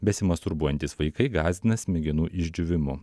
besimasturbuojantys vaikai gąsdina smegenų išdžiūvimu